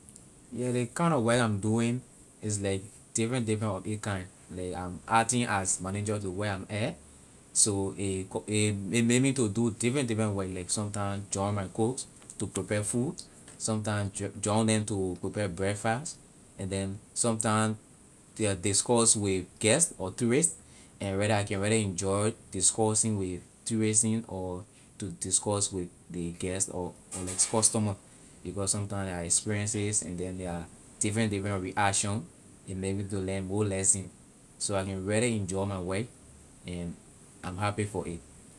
Yeah the kind work of I'm doing is like different different of it kind like I'm acting as manager to where I air so a make me to do different different work like sometime join my cooks to prepare food sometime join them to prepare breakfast and then sometime discuss with guest or tourist and really I can really enjoy discussing with tourism or to discuss with the guest or the customer because sometime their experiences and then their different different reaction it make me to learn more lesson so I can really enjoy my work and I'm happy for it.